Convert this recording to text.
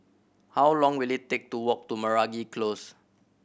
how long will it take to walk to Meragi Close